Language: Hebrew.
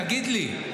תגיד לי.